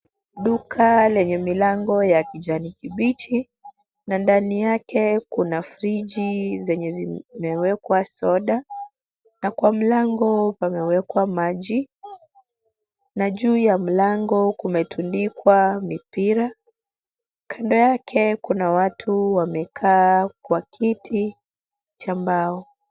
Duka lenye milango ya kijani kibichi na ndani yake kuna friji zenye zimewekwa soda na kwa mlango pamewekwa maji na juu ya mlango kumetundikwa mipira. Kando yake kuna watu wamekaa kwa kiti cha mbao.